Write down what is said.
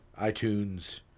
iTunes